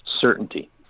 certainty